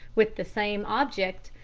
with the same object,